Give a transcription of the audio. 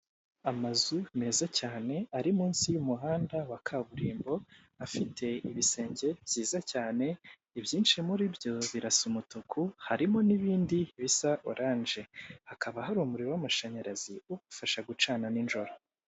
Amazu meza cyane ari munsi y'umuhanda wa kaburimbo, afite ibisenge byiza cyane, ibyinshi muri byo birasa umutuku harimo n'ibindi bisa oranje, hakaba hari umuriro w'amashanyarazi ubafasha gucana nijoro.